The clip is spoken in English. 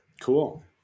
Cool